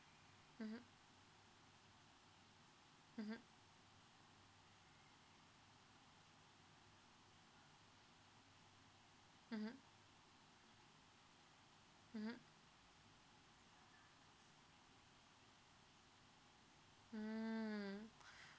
mmhmm mmhmm mmhmm mmhmm mm